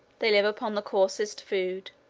they live upon the coarsest food.